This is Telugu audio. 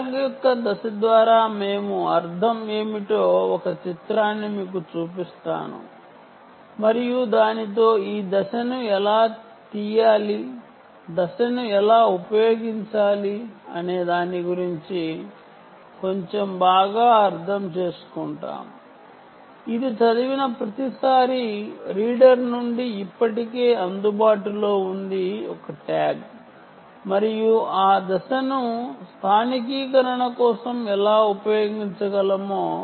ట్యాగ్ యొక్క ఫేజ్ అర్థం ఏమిటో ఒక చిత్రం ద్వారా మీకు చూపిస్తాను మరియు దాని ద్వారా ఈ ఫేస్ ను ఎలా పొందాలి ట్యాగ్ ని చదివిన ప్రతిసారీ రీడర్ నుండి అందుబాటులో ఫేస్ను ఎలా ఉపయోగించాలి అనే దాని గురించి కొంచెం బాగా అర్థం చేసుకుంటాము మరియు ఫేస్ను స్థానికీకరణ కోసం ఫేస్ ని ఎలా ఉపయోగించాలి